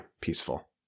peaceful